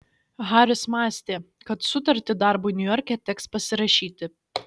haris mąstė kad sutartį darbui niujorke teks pasirašyti